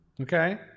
Okay